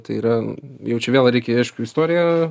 tai yra jau čia vėl reikia aišku istoriją